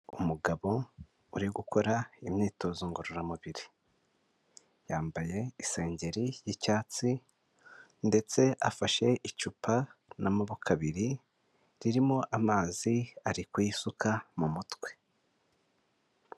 Umugabo uri gukora imyitozo ngororamubiri, yambaye isengeri y'icyatsi ndetse afashe icupa n'amaboko abiri ririmo amazi ari kuyisuka mu mutwe.